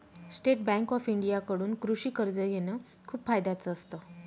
state bank of India कडून कृषि कर्ज घेण खूप फायद्याच असत